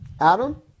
Adam